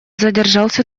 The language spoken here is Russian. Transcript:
задержался